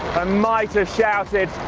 i might have shouted